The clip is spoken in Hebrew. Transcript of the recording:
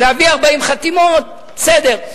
נביא 40 חתימות, בסדר.